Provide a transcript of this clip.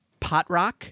Potrock